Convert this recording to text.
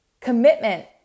Commitment